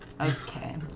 Okay